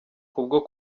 kubwo